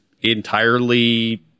entirely